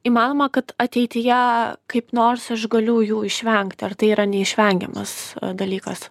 įmanoma kad ateityje kaip nors aš galiu jų išvengti ar tai yra neišvengiamas dalykas